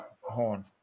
Horn